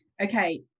Okay